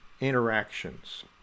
interactions